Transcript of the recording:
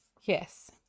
Yes